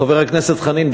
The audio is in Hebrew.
חבר הכנסת חנין,